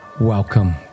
welcome